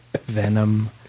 Venom